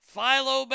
Philo